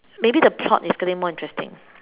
maybe the plot yesterday more interesting